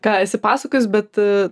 ką esi pasakojus bet